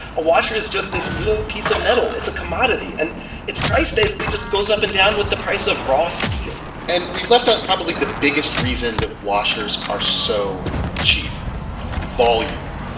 a washer is just this little piece of metal. it's a commodity, and its price basically just goes up and down with the price of raw steel and we've left out, probably, the biggest reason that washers are so cheap volume.